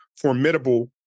formidable